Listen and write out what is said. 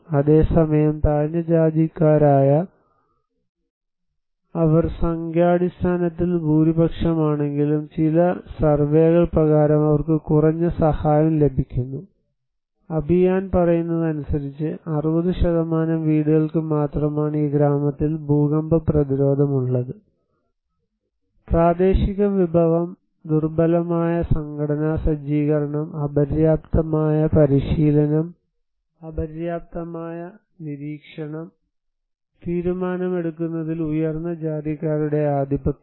അതേസമയം താഴ്ന്ന ജാതിക്കാരായ അവർ സംഖ്യാടിസ്ഥാനത്തിൽ ഭൂരിപക്ഷമാണെങ്കിലും ചില സർവേകൾ പ്രകാരം അവർക്ക് കുറഞ്ഞ സഹായം ലഭിക്കുന്നു അഭിയാൻ പറയുന്നതനുസരിച്ച് 60 വീടുകൾക്കു മാത്രമാണ് ഈ ഗ്രാമത്തിൽ ഭൂകമ്പ പ്രതിരോധം ഉള്ളത് പ്രാദേശിക വിഭവം ദുർബലമായ സംഘടനാ സജ്ജീകരണം അപര്യാപ്തമായ പരിശീലനം അപര്യാപ്തമായ നിരീക്ഷണം തീരുമാനമെടുക്കുന്നതിൽ ഉയർന്ന ജാതിക്കാരുടെ ആധിപത്യം